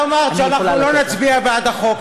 עכשיו, את אמרת שאנחנו לא נצביע בעד החוק.